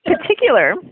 particular